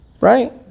Right